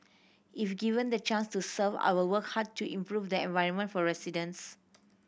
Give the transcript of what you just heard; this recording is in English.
if given the chance to serve I will work hard to improve the environment for residents